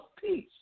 peace